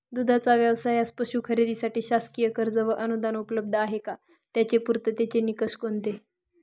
दूधाचा व्यवसायास पशू खरेदीसाठी शासकीय कर्ज व अनुदान उपलब्ध आहे का? त्याचे पूर्ततेचे निकष कोणते?